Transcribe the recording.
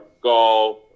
golf